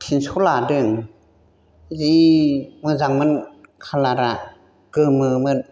थिनस' लादों जि मोजांमोन कालारा गोमोमोन